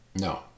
No